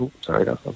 sorry